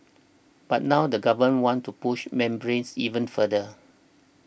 but now the Government wants to push membranes even further